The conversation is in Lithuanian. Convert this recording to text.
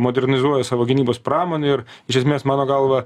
modernizuoja savo gynybos pramonę ir iš esmės mano galva